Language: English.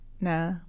Nah